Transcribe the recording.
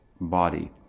body